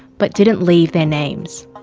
but didn't leave their names.